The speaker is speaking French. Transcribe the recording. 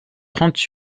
trente